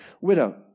widow